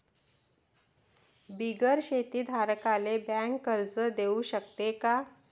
बिगर शेती धारकाले बँक कर्ज देऊ शकते का?